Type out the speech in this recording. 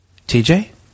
TJ